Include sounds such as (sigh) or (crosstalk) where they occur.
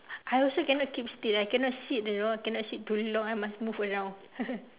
I also cannot keep still I cannot sit you know I cannot sit too long I must move around (laughs)